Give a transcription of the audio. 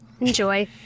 Enjoy